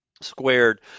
squared